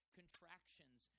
contractions